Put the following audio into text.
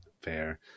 Fair